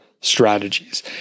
strategies